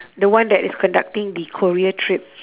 the one that is conducting the korea trip